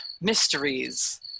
mysteries